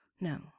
No